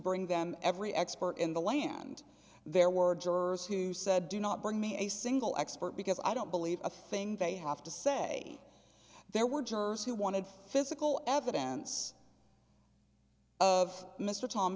bring them every expert in the land there were jurors who said do not bring me a single expert because i don't believe a thing they have to say there were jurors who wanted physical evidence of mr thom